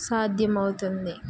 సాధ్యమవుతుంది